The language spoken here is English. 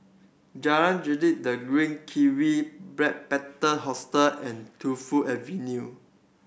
Jalan Grisek The Green Kiwi Backpacker Hostel and Tu Fu Avenue